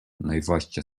найважча